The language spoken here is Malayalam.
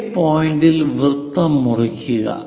ജെ പോയിന്റിൽ വൃത്തം മുറിക്കുക